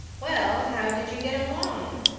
well, how did you get along?